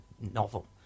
novel